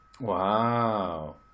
Wow